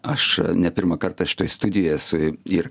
aš ne pirmą kartą šitoj studijoj esu ir